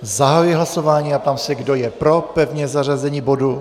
Zahajuji hlasování a ptám se, kdo je pro pevné zařazení bodu.